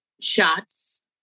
shots